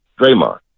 Draymond